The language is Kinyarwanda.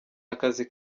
akazi